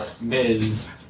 Ms